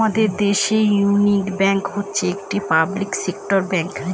আমাদের দেশের union bank হচ্ছে একটি পাবলিক সেক্টর ব্যাঙ্ক